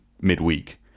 midweek